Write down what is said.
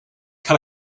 cut